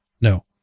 No